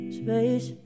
space